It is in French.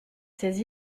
ses